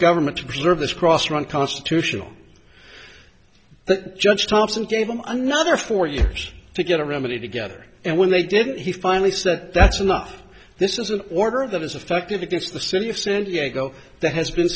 government to preserve this process run constitutional the judge thompson gave them another four years to get a remedy to gether and when they didn't he finally said that's enough this is an order of them as effective against the city of san diego that has been